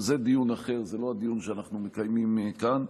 אבל זה דיון אחר, זה לא הדיון שאנחנו מקיימים כאן.